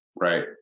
Right